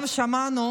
גם שמענו